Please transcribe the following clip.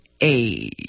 age